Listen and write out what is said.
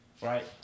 right